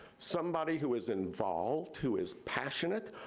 somebody who is involved, who is passionate?